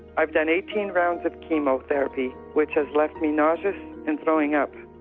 i've done eighteen rounds of chemotherapy, which has left me nauseous and throwing up.